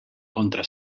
contra